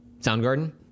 Soundgarden